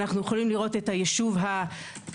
במה שקיים,